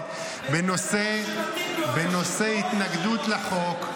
----- מי שמתאים לו ----- בנושא התנגדות לחוק,